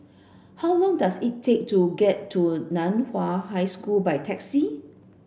how long does it take to get to Nan Hua High School by taxi